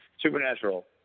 Supernatural